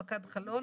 פקד חלון.